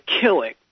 killing